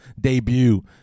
debut